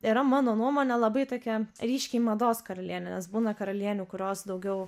yra mano nuomone labai tokia ryškiai mados karalienė nes būna karalienių kurios daugiau